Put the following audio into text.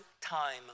time